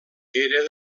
era